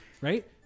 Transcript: right